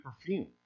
perfume